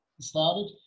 started